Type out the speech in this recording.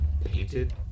painted